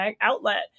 outlet